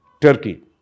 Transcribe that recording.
turkey